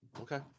Okay